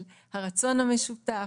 של הרצון המשותף,